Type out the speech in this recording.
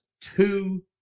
two